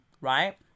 right